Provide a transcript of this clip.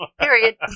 Period